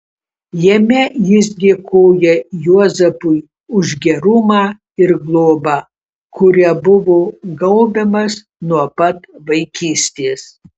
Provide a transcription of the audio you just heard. jame jis dėkoja juozapui už gerumą ir globą kuria buvo gaubiamas nuo pat vaikystės